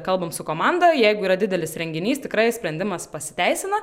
kalbam su komanda jeigu yra didelis renginys tikrai sprendimas pasiteisina